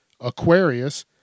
Aquarius